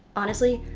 honestly,